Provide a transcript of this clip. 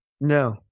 No